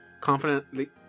confidently